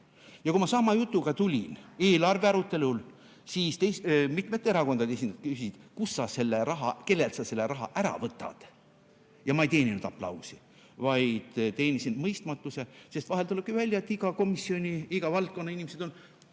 Aga kui ma sama jutuga tulin eelarve arutelule, siis mitme erakonna esindajad küsisid, kust, kellelt sa selle raha ära võtad. Ma ei teeninud aplausi, vaid teenisin mõistmatuse, sest vahel, tuleb välja, on iga komisjoni, iga valdkonna inimesed